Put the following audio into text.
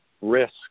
risk